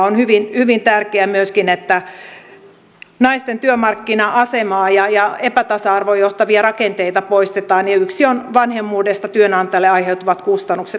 on hyvin tärkeää myöskin että naisten työmarkkina asemaa ja epätasa arvoon johtavia rakenteita poistetaan ja yksi on vanhemmuudesta työnantajalle aiheutuvat kustannukset